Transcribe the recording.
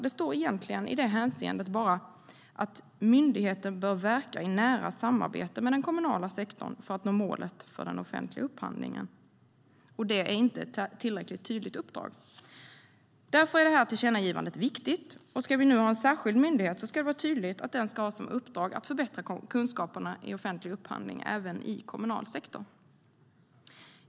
Det står egentligen i det hänseendet bara att myndigheten bör verka i nära samarbete med den kommunala sektorn för att nå målet för den offentliga upphandlingen. Det är inte ett tillräckligt tydligt uppdrag. Därför är det här tillkännagivandet viktigt. Ska vi nu ha en särskild myndighet ska det vara tydligt att den ska ha som uppdrag att förbättra kunskapen om offentlig upphandling även i kommunal sektor.